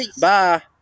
Bye